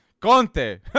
Conte